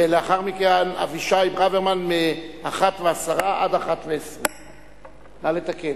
ולאחר מכן אבישי ברוורמן מ-13:10 עד 13:20. נא לתקן.